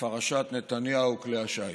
בפרשת נתניהו כלי השיט,